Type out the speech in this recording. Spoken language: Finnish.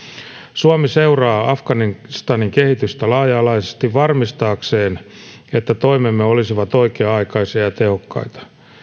suomi seuraa afganistanin kehitystä laaja alaisesti varmistaakseen että toimemme olisivat oikea aikaisia ja tehokkaita